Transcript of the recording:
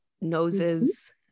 noses